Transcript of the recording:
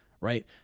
right